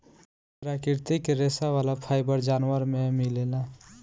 प्राकृतिक रेशा वाला फाइबर जानवर में मिलेला